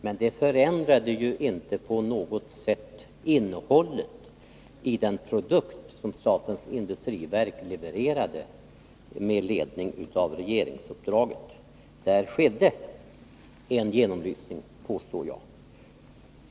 Men det förändrade inte på något sätt innehållet i den produkt som statens industriverk levererade med ledning av regeringsuppdraget. Där skedde en genomlysning, påstår jag.